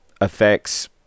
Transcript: affects